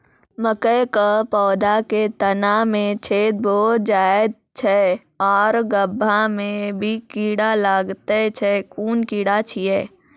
मकयक पौधा के तना मे छेद भो जायत छै आर गभ्भा मे भी कीड़ा लागतै छै कून कीड़ा छियै?